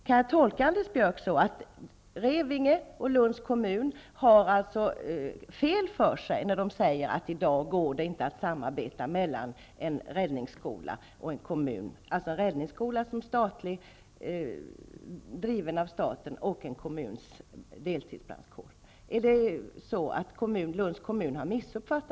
Kan jag tolka Anders Björcks svar så att Revinge och Lunds kommun har fel när de säger att en statlig räddningsskola och en kommunal deltidsbrandkår i dag inte kan samarbeta?